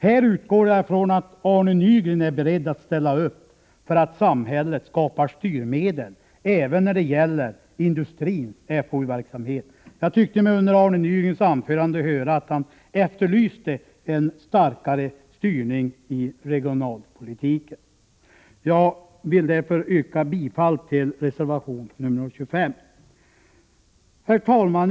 Jag utgår från att Arne Nygren är beredd att medverka till att samhället skapar styrmedel även när det gäller industrins FoU-verksamhet. Jag tyckte mig i Arne Nygrens anförande höra att han efterlyste en starkare styrning i regionalpolitiken. Jag vill yrka bifall till reservation nr 25. Herr talman!